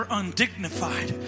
undignified